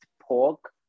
pork